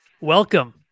Welcome